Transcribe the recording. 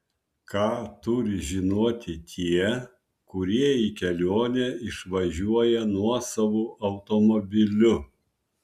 ką turi žinoti tie kurie į kelionę išvažiuoja nuosavu automobiliu